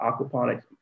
aquaponics